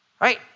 right